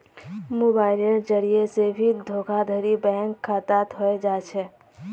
मोबाइलेर जरिये से भी धोखाधडी बैंक खातात हय जा छे